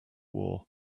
war